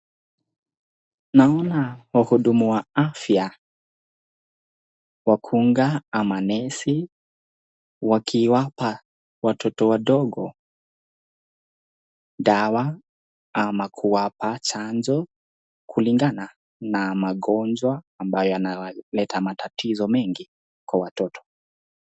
Naona wahudumu wa afya wagunga amanesi wakiwapa watoto wadogo dawa ama kuwapa janjo kulinga na magonjwa ambayo wanawaketa matatiso mengi Kwa watoto.